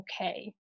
okay